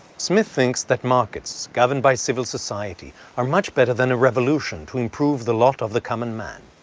smith thinks that markets, governed by civil society are much better than a revolution to improve the lot of the common man.